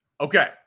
Okay